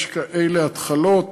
יש כאלה התחלות